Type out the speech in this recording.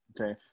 Okay